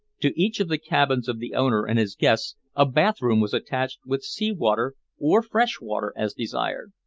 to each of the cabins of the owner and his guests a bathroom was attached with sea-water or fresh water as desired,